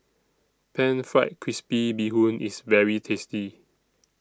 Pan Fried Crispy Bee Hoon IS very tasty